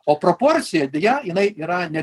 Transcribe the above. o proporcija deja jinai yra ne